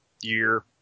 year